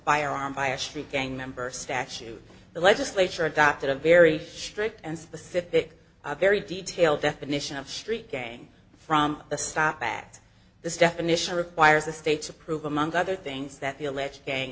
firearm by a street gang member statute the legislature adopted a very strict and specific very detailed definition of street game from a stop at this definition requires the states approve among other things that the alleged gang